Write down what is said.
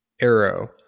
arrow